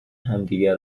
همدیگه